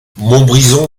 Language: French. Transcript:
montbrison